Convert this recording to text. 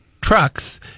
trucks